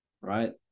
Right